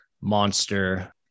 monster